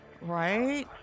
Right